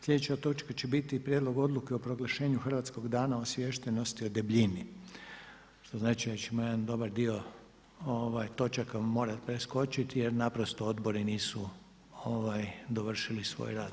Slijedeća točka će biti Prijedlog odluke o proglašenju hrvatskog Dana osviještenosti o debljini, što znači da ćemo jedan dobar dio točaka morati preskočiti jer naprosto odbori nisu dovršili svoj rad.